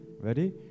Ready